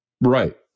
Right